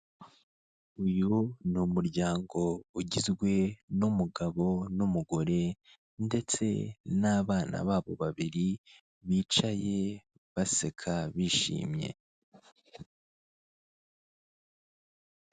Uyu ni umuryango ugizwe n'umugabo n'umugore ndetse n'abana babo babiri bicaye baseka bishimye.